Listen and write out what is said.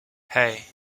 hey